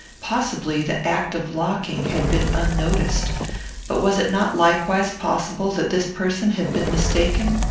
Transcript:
possibly the act of locking had been unnoticed but was it not likewise possible that this person had been mistaken?